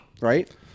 right